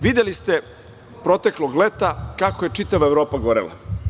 Videli ste proteklog leta kako je čitava Evropa gorela.